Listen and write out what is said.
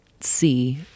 see